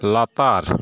ᱞᱟᱛᱟᱨ